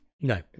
No